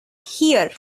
here